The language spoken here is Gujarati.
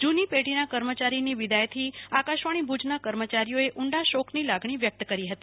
જૂની પેઢીના કર્મચારીની વિદાયથી આકાશવાણી ભુજના કર્મચારીઓએ ઉંડા શોકની લાગણી વ્યક્ત કરી હતી